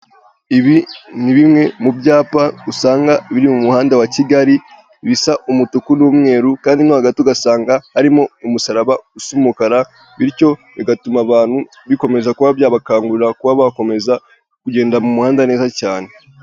Ibi ni bimwe mu byapa usanga biri mu muhanda wa Kigali, bisa umutuku n'umweru kandi mo hagati ugasanga harimo umusaraba usa umukara, bityo bigatuma abantu bikomeza kuba byabakangurira kuba bakomeza kugenda mu muhanda neza cyane.